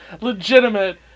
legitimate